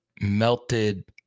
melted